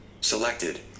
Selected